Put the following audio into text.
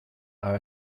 are